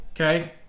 okay